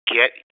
get